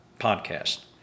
podcast